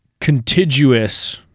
contiguous